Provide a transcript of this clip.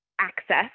access